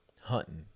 hunting